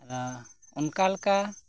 ᱟᱫᱚ ᱚᱱᱠᱟ ᱞᱮᱠᱟ